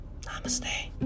Namaste